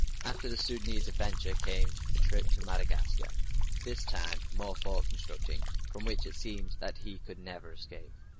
after the soudanese adventure, came a trip to madagascar this time, more fort constructing, from which it seemed that he could never escape.